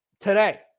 today